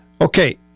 Okay